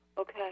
Okay